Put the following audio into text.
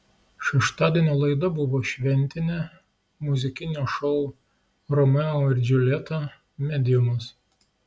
šeštadienio laida buvo šventinė muzikinio šou romeo ir džiuljeta mediumas